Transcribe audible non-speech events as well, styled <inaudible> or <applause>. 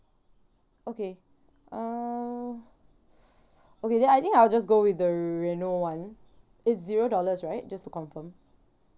okay uh <noise> okay then I think I'll just go with the reno one it's zero dollars right just to confirm